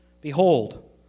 Behold